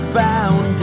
found